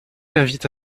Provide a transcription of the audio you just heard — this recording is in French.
l’invite